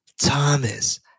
Thomas